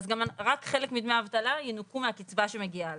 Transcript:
אז רק חלק מדמי האבטלה ינוכה מהקצבה שמגיעה להם.